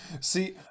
See